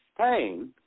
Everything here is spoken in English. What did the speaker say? pain